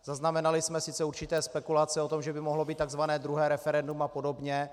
Zaznamenali jsme sice určité spekulace o tom, že by mohlo být takzvané druhé referendum a podobně.